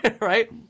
right